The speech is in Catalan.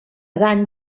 gant